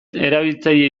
erabiltzaile